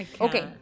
okay